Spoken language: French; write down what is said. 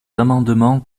amendements